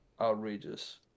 outrageous